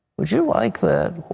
would you like that?